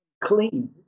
clean